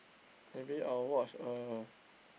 maybe I will watch uh